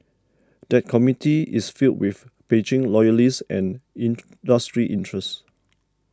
that committee is filled with Beijing loyalists and industry interests